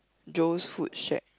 Joe's food shack